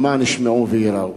למען ישמעו וייראו.